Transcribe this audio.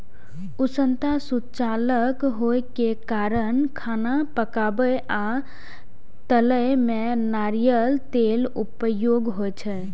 उष्णता सुचालक होइ के कारण खाना पकाबै आ तलै मे नारियल तेलक उपयोग होइ छै